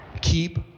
Keep